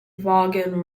vaughan